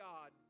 God